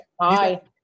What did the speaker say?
hi